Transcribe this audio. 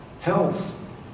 Health